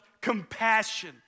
compassion